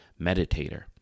meditator